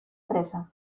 fresa